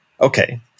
Okay